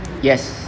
yes